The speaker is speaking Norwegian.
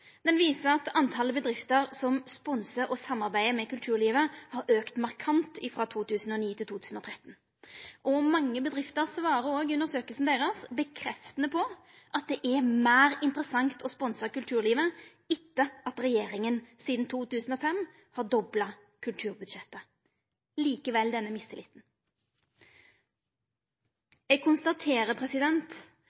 den undersøkinga Arts & Business har stått for, som er omtalt tidlegare i år. Ho viser at talet på bedrifter som sponsar og samarbeider med kulturlivet, har auka markant frå 2009 til 2013. Mange bedrifter bekreftar i undersøkinga òg at det er meir interessant å sponsa kulturlivet etter at regjeringa sidan 2005 har dobla kulturbudsjettet